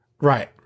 Right